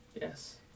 Yes